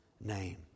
name